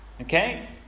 okay